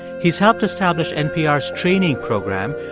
he's helped establish npr's training program,